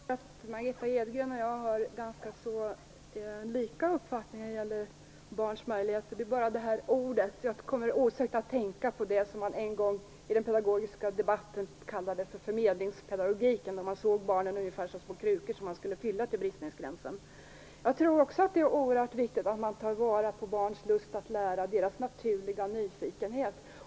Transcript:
Herr talman! Jag tror att Margitta Edgren och jag har ganska lika uppfattning om barns möjligheter. Men när jag hör det här ordet kommer jag osökt att tänka på det som man en gång i den pedagogiska debatten kallade för förmedlingspedagogiken. Där såg man barnen ungefär som små krukor som man skulle fylla till bristningsgränsen. Jag tror också att det är oerhört viktigt att man tar vara på barns lust att lära och deras naturliga nyfikenhet.